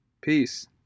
peace